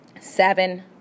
seven